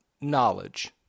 knowledge